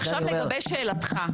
עכשיו לגבי שאלתך.